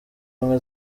ubumwe